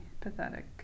pathetic